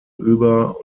über